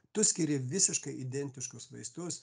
tu skiri visiškai identiškus vaistus